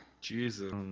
jesus